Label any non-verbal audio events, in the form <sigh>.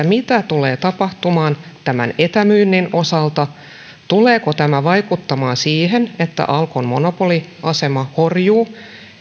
<unintelligible> mitä tulee tapahtumaan tämän etämyynnin osalta tuleeko tämä vaikuttamaan siihen että alkon monopoliasema horjuu